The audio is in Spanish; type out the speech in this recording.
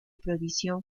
prohibición